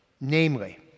Namely